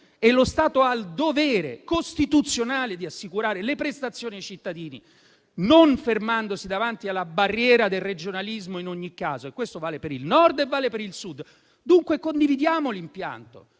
Lo Stato ha il dovere costituzionale di assicurare le prestazioni ai cittadini non fermandosi davanti alla barriera del regionalismo in ogni caso, e questo vale per il Nord e vale per il Sud. Dunque, condividiamo l'impianto,